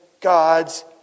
God's